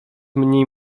mniej